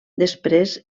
després